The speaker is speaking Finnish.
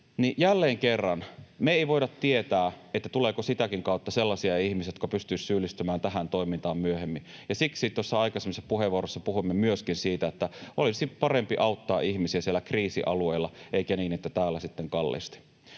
jälleen kerran me ei voida tietää, tuleeko sitäkin kautta sellaisia ihmisiä, jotka pystyisivät syyllistymään tähän toimintaan myöhemmin. Siksi tuossa aikaisemmissa puheenvuoroissa puhuimme myöskin siitä, että olisi parempi auttaa ihmisiä siellä kriisialueilla eikä sitten täällä kalliisti.